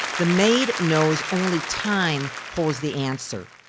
the maid knows only time holds the answer.